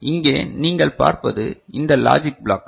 இங்கே நீங்கள் பார்ப்பது இந்த லாஜிக் பிளாக்